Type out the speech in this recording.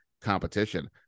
competition